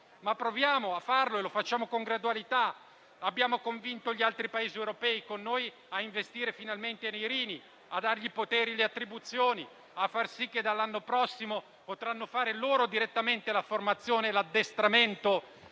Proviamo a farlo e lo facciamo con gradualità. Abbiamo convinto gli altri Paesi europei con noi a investire finalmente nell'operazione Irini, a dargli i poteri e le attribuzioni, e a far sì che dall'anno prossimo potranno fare loro direttamente la formazione e l'addestramento